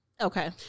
Okay